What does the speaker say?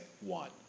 one